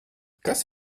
kas